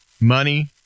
Money